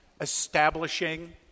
establishing